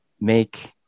make